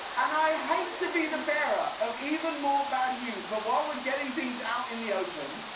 and i hate to be the bearer of even more bad news but while we're getting things out in the open,